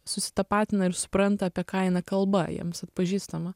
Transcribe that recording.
susitapatina ir supranta apie ką eina kalba jiems atpažįstama